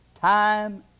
time